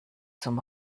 zum